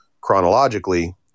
chronologically –